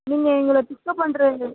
நீங்கள் எங்களை பிக்கப் பண்ணுறது